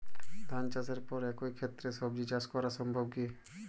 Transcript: ধান চাষের পর একই ক্ষেতে সবজি চাষ করা সম্ভব কি?